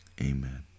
amen